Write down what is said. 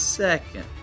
second